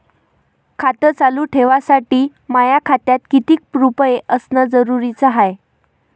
खातं चालू ठेवासाठी माया खात्यात कितीक रुपये असनं जरुरीच हाय?